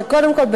קודם כול,